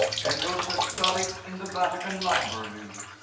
penrose has studied in the vatican library.